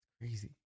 Crazy